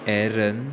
एरन